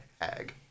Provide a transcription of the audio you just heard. hag